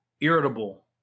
irritable